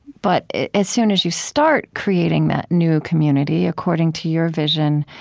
but as soon as you start creating that new community according to your vision,